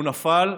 הוא נפל.